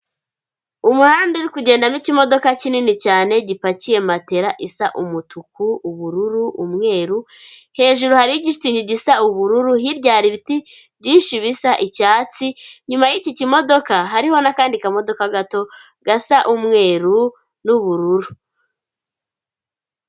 Umuhanda uri kugendamo ikimodoka kinini cyane gipakiye matera isa umutuku, ubururu, umweru, hejuru hariho igishitingi gisa ubururu, hirya hari ibiti byinshi bisa icyatsi, inyuma y'iki kimodoka hariho n'akandi kamodoka gato gasa umweru n'ubururu.